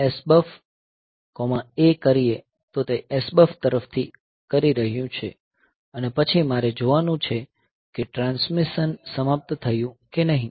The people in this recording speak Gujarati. MOV SBUFFA કરીએ તે SBUF તરફથી કરી રહ્યું છે અને પછી મારે જોવાનું છે કે ટ્રાન્સમિશન સમાપ્ત થયું કે નહીં